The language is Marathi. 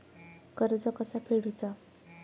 कर्ज कसा फेडुचा?